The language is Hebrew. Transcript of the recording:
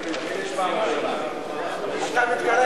נינו אבסדזה לשם החוק לא נתקבלה.